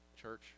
church